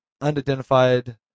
unidentified